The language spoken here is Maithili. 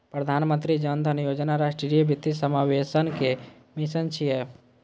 प्रधानमंत्री जन धन योजना राष्ट्रीय वित्तीय समावेशनक मिशन छियै